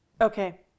Okay